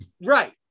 Right